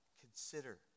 Consider